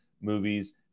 movies